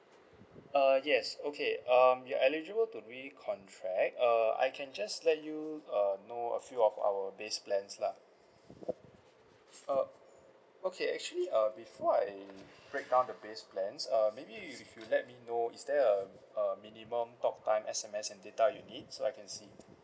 uh yes okay um you're eligible to recontract err I can just let you uh know a few of our base plans lah uh okay actually uh before I break down the base plans uh maybe if you let me know is there a uh minimum talk time S_M_S and data you need so I can see